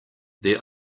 their